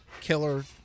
killer